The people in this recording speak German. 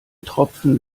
tropfen